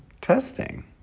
testing